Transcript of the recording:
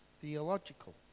theological